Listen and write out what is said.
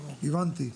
הבנתי.